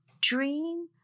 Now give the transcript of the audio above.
dream